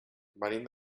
venim